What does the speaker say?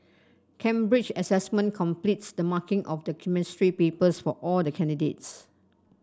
Cambridge Assessment completes the marking of the Chemistry papers for all the candidates